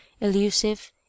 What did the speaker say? elusive